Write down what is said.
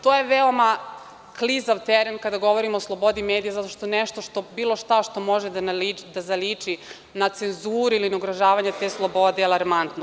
To je veoma klizav teren kada govorimo o slobodi medija zato što nešto što je bilo šta može da zaliči na cenzuru ili na ugrožavanje te slobode je alarmantno.